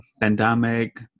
pandemic